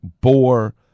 boar